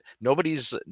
nobody's